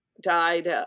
died